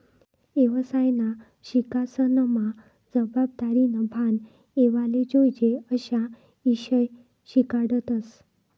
येवसायना शिक्सनमा जबाबदारीनं भान येवाले जोयजे अशा ईषय शिकाडतस